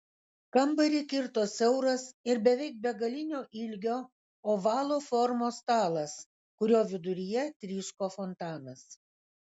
kambarį kirto siauras ir beveik begalinio ilgio ovalo formos stalas kurio viduryje tryško fontanas